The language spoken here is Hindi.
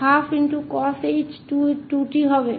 तो यह 12 cosh 2𝑡 है